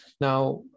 Now